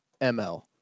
ML